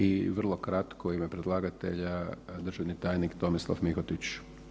I vrlo kratko u ime predlagatelja državni tajnik Tomislav Mihotić.